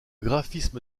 graphisme